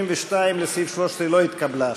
82, לסעיף 13 לא התקבלה.